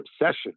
obsession